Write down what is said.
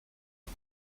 auf